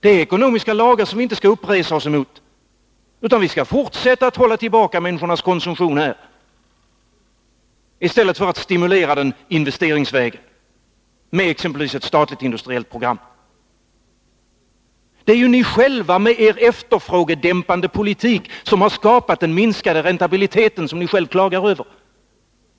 Det är ekonomiska lagar som vi inte skall resa oss upp mot, utan vi skall fortsätta att hålla tillbaka människornas konsumtion i stället för att stimulera den investeringsvägen med exempelvis ett statligt industriellt program. Det är ju ni själva med er efterfrågedämpande politik som har skapat den minskade räntabilitet som ni nu klagar över.